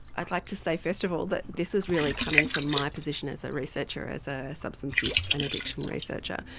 i'd like to say first of all that this is really coming from my position as a researcher, as a substance use and addiction researcher,